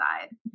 side